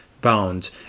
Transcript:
bound